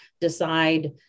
decide